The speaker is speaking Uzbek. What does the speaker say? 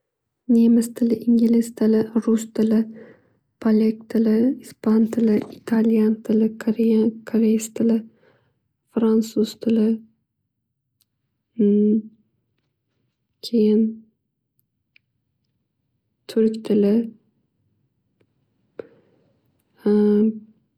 Nemis tili, ingliz tili, rus tili, polak tili, ispan tili, italyan tili, korean- koreys tili, fransuz tili, keyin turk tili.